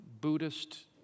Buddhist